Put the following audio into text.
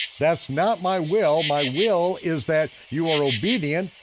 that's not my will. my will is that you are obedient,